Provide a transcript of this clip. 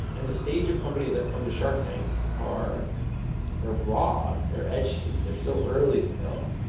and the stage of companies that come to shark tank are they're raw, they're edgy, they're so early still.